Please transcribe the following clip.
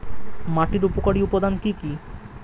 মাটির উপকারী উপাদান কি কি?